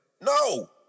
No